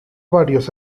varios